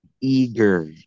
Eager